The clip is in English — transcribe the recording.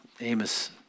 Amos